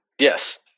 Yes